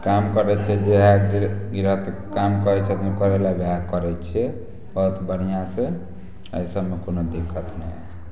काम करै छिए जेहै गिरहत काम कहै छथिन करैलए वएह करै छिए बहुत बढ़िआँसे एहिसबमे कोनो दिक्कत नहि हइ